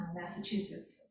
Massachusetts